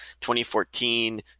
2014